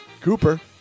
Cooper